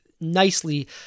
nicely